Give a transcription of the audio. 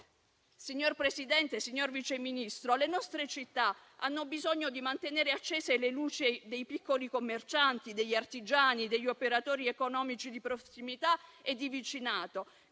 Signor Presidente, signor Vice Ministro, le nostre città hanno bisogno di mantenere accese le luci dei piccoli commercianti, degli artigiani e degli operatori economici di prossimità e di vicinato,